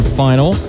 final